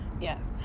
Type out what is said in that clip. Yes